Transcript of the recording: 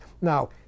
Now